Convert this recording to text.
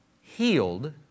healed